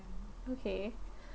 okay